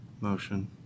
motion